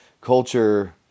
culture